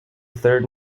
third